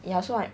ya so I